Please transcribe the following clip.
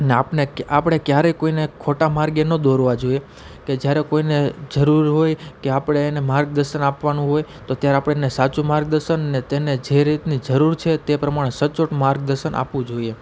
ને આપને આપણે ક્યારેય કોઈને ખોટા માર્ગે ન દોરવા જોઈએ કે જ્યારે કોઈને જરૂર હોય કે આપણે એને માર્ગદર્શન આપવાનું હોય તો ત્યારે આપણે એને સાચું માર્ગદર્શન અને તેને જે રીતની જરૂર છે તે પ્રમાણે સચોટ માર્ગદર્શન આપવું જોઈએ